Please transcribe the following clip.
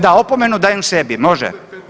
Da opomenu dajem sebi, može?